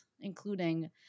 including